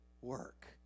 work